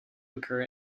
occur